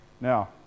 Now